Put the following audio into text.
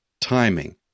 timing